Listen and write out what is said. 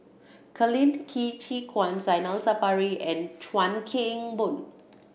Colin Ki Chi Kuan Zainal Sapari and Chuan Keng Boon